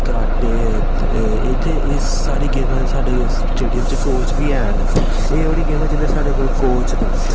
karate ते इस सारी गेमां दे साढ़े स्टेडियम च कोच बी हैन एह् ओकड़ी गेमां जिं'दे साढ़े कोल कोच न